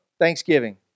Thanksgiving